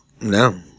No